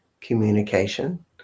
communication